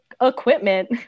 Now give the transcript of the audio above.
equipment